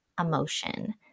emotion